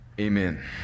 amen